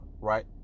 Right